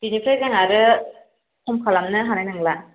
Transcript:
बिनिफ्राय जोंहा आरो खम खालामनो हानाय नंला